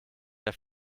der